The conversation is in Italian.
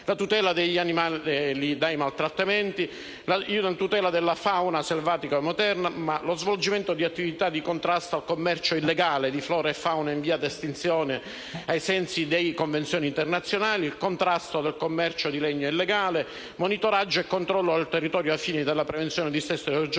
la tutela degli animali dai maltrattamenti, la tutela della fauna selvatica, lo svolgimento di attività di contrasto al commercio illegale di flora e fauna in via di estinzione ai sensi delle convenzioni internazionali, il contrasto del commercio di legno illegale, il monitoraggio e il controllo del territorio ai fini della prevenzione del dissesto